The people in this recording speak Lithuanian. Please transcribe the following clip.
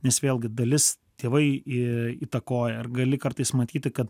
nes vėlgi dalis tėvai įtakoja ar gali kartais matyti kad